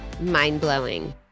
mind-blowing